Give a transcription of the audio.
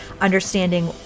understanding